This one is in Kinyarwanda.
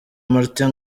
martin